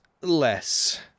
less